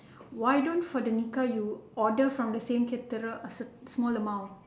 why don't for the nikah you order from the same caterer a small amount